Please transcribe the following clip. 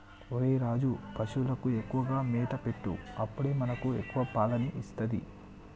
ఒరేయ్ రాజు, పశువులకు ఎక్కువగా మేత పెట్టు అప్పుడే మనకి ఎక్కువ పాలని ఇస్తది